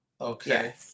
Okay